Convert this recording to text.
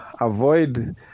avoid